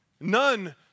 None